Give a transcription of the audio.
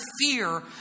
fear